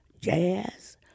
jazz